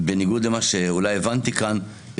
בניגוד אולי למה שהבנתי כאן,